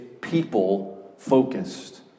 people-focused